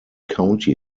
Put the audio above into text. county